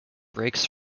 breaks